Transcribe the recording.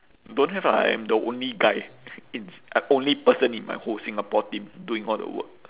don't have lah I am the only guy in I only person in my whole singapore team doing all the work